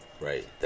Right